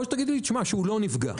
או שתגידי לי שהוא לא נפגע,